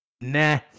nah